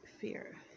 fear